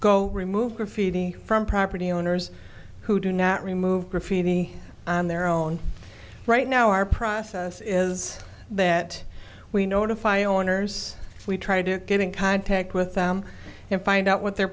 go remove graffiti from property owners who do not remove graffiti on their own right now our process is that we notify owners we try to get in contact with them and find out what their